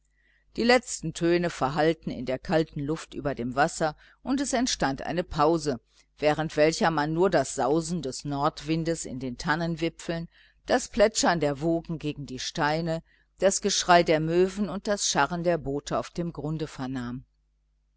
die letzten töne verhallten in der kalten luft über dem wasser und es entstand eine pause während welcher man nur das sausen des nordwindes in den tannenwipfeln das plätschern der wogen gegen die steine das geschrei der möwen und das scharren der boote auf dem grund vernahm